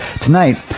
tonight